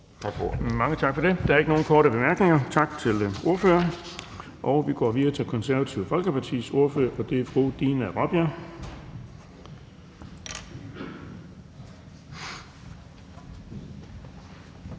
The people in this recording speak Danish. Mange tak for det. Der er ikke nogen korte bemærkninger. Tak til ordføreren. Vi går videre til Det Konservative Folkepartis ordfører, og det er fru Dina Raabjerg.